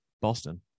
Boston